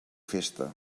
festa